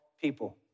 people